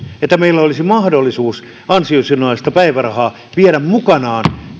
että meillä olisi mahdollisuus ansiosidonnaista päivärahaa viedä mukanaan